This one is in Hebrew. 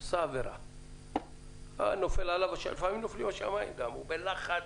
עשה עבירה, לפעמים נופלים השמיים עליו, הוא בלחץ,